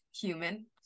human